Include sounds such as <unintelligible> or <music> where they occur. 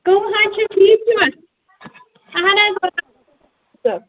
کَم حظ چھِو ٹھیٖک چھُوا اَہَن حظ <unintelligible>